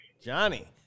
johnny